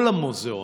כל המוזיאונים.